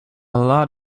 lot